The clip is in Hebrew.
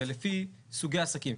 זה לפי סוגי עסקים.